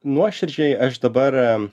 nuoširdžiai aš dabar